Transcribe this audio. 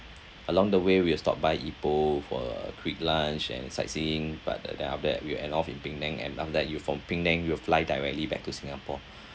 along the way we will stop by ipoh for a quick lunch and sightseeing but uh then after that we will end off in penang and after that you from penang you will fly directly back to singapore